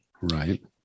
Right